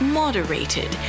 moderated